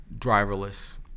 driverless